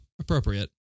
appropriate